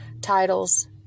titles